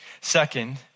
Second